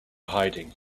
hiding